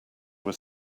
were